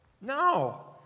No